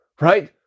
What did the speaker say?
Right